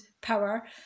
power